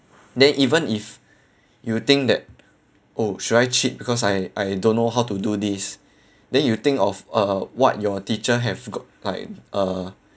then even if you think that oh should I cheat because I I don't know how to do this then you'd think of uh what your teacher have got like uh